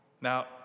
Now